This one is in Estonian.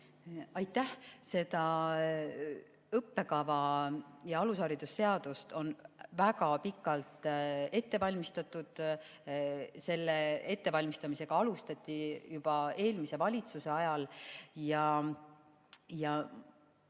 Aitäh! Seda õppekava ja alusharidusseadust on väga pikalt ette valmistatud. Selle ettevalmistamist alustati juba eelmise valitsuse ajal ja